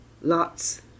lots